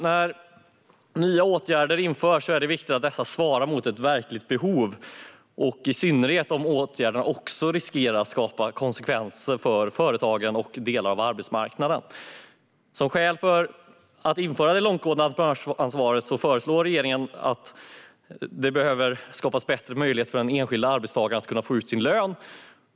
När nya åtgärder vidtas är det viktigt att dessa svarar mot ett verkligt behov, i synnerhet om åtgärderna också riskerar att medföra konsekvenser för företagen och delar av arbetsmarknaden. Som skäl för att införa det långtgående entreprenörsansvar som regeringen har föreslagit framhåller man att det behöver skapas bättre möjligheter för den enskilda arbetstagaren att kunna få ut sin lön.